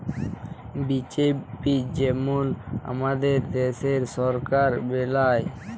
BJP যেমল আমাদের দ্যাশের সরকার বেলায়